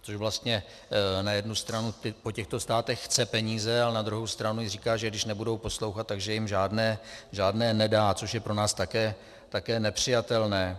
Kdy vlastně na jednu stranu po těchto státech chce peníze, ale na druhou stranu jim říká, že když nebudou poslouchat, tak jim žádné nedá, což je pro nás také nepřijatelné.